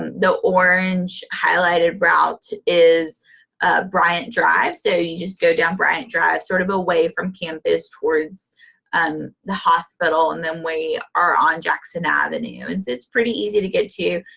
and the orange highlighted route is bryant drive, so you just go down bryant drive, sort of away from campus, towards um the hospital. and then we are on jackson avenue. and so, it's pretty easy to get to.